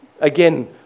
again